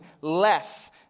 less